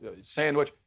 sandwich